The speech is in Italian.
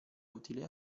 utile